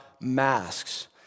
masks